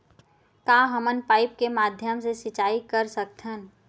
का हमन पाइप के माध्यम से सिंचाई कर सकथन?